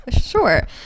sure